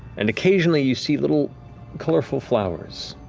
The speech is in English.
and, occasionally, you see little colorful flowers,